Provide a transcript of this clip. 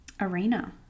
arena